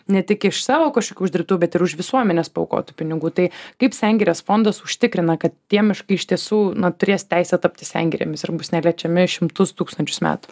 ne tik iš savo kažkokių uždirbtų bet ir už visuomenės paaukotų pinigų tai kaip sengirės fondas užtikrina kad tie miškai iš tiesų na turės teisę tapti sengirėmis ir bus neliečiami šimtus tūkstančius metų